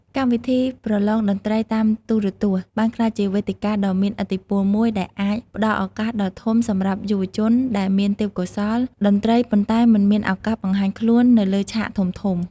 កម្មវិធីប្រលងតន្ត្រីតាមទូរទស្សន៍បានក្លាយជាវេទិកាដ៏មានឥទ្ធិពលមួយដែលអាចផ្តល់ឱកាសដ៏ធំសម្រាប់យុវជនដែលមានទេពកោសល្យតន្ត្រីប៉ុន្តែមិនមានឱកាសបង្ហាញខ្លួននៅលើឆាកធំៗ។